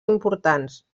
importants